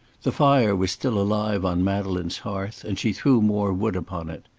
the fire was still alive on madeleine's hearth, and she threw more wood upon it.